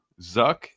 Zuck